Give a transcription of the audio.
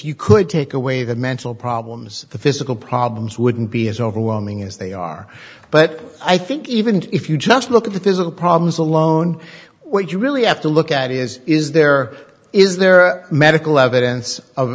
you could take away the mental problems the physical problems wouldn't be as overwhelming as they are but i think even if you just look at the physical problems alone what you really have to look at is is there is there medical evidence of